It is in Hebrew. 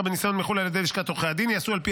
בניסיון מחו"ל על ידי לשכת עורכי הדין ייעשו על פי